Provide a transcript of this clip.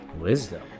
Wisdom